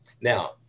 now